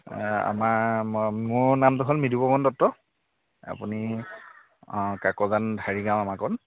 এ আমাৰ মো মোৰ নামটো হ'ল মৃদুপৱন দত্ত আপুনি অ কাকজান হেৰি গাঁও আমাৰকণ